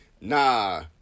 Nah